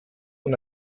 und